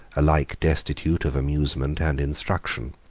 alike destitute of amusement and instruction.